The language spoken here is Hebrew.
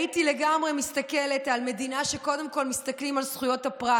הייתי לגמרי מסתכלת על מדינה שקודם כול מסתכלים בה על זכויות הפרט